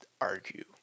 argue